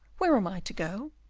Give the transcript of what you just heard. where am i to go?